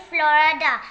Florida